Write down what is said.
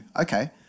Okay